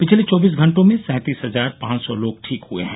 पिछले चौबीस घंटों में सैतीस हजार पांच सौ लोग ठीक हुए हैं